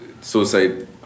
suicide